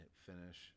finish